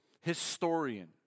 historian